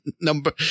Number